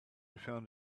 found